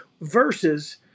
versus